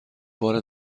بار